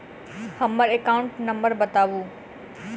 हम्मर account number बताऊ?